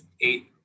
eight